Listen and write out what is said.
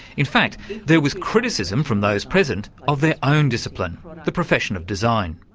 in fact there was criticism from those present of their own discipline the profession of design.